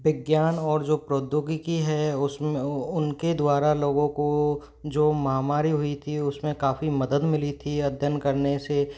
विज्ञान और जो प्रौद्योगिकी है उस में उनके द्वारा लोगों को जो महामारी हुई थी उस में काफ़ी मदद मिली थी अध्ययन करने से